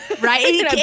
right